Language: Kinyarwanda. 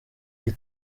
iyi